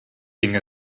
ging